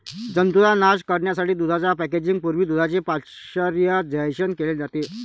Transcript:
जंतूंचा नाश करण्यासाठी दुधाच्या पॅकेजिंग पूर्वी दुधाचे पाश्चरायझेशन केले जाते